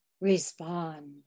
respond